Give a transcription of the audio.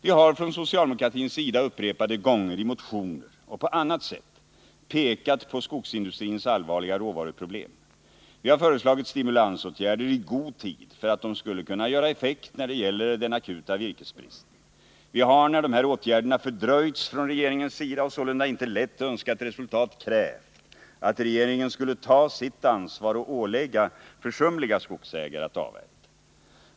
Vi har från socialdemokratins sida upprepade gånger i motioner och på annat sätt pekat på skogsindustrins allvarliga råvaruproblem. Vi har föreslagit stimulansåtgärder i god tid för att de skulle kunna göra effekt när det gäller den akuta virkesbristen. Vi har, när dessa åtgärder fördröjts från regeringens sida och sålunda inte lett till önskat resultat, krävt att regeringen skulle ta sitt ansvar och olägga försumliga skogsägare att avverka.